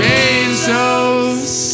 Bezos